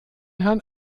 herrn